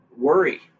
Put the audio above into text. worry